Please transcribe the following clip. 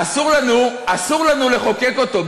אסור לנו לחוקק אותו,